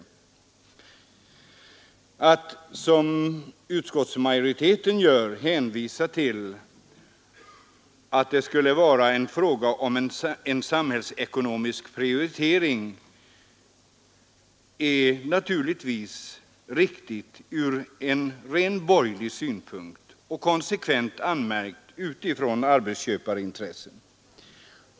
Att det här, såsom utskottsmajoriteten gör gällande, skulle vara fråga om en samhällsekonomisk prioritering är naturligtvis riktigt ur rent borgerlig synpunkt och med tanke på arbetsköparnas intressen.